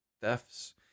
thefts